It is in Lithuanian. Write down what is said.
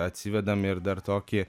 atsivedam ir dar tokį